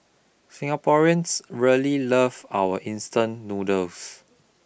singaporeans really love our instant noodles